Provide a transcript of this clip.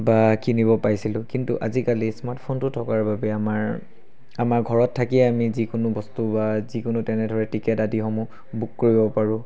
বা কিনিব পাইছিলোঁ কিন্তু আজিকালি স্মাৰ্টফোনটো থকাৰ বাবে আমাৰ আমাৰ ঘৰত থাকিয়ে আমি যিকোনো বস্তু বা যিকোনো তেনেদৰে টিকেট আদিসমূহ বুক কৰিব পাৰোঁ